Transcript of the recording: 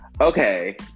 okay